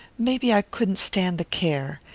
maybe i couldn't stand the care.